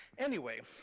anyway,